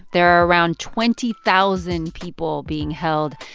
there are around twenty thousand people being held,